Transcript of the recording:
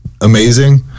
amazing